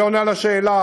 וזה עונה על השאלה,